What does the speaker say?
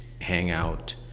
hangout